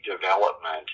development